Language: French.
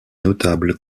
notables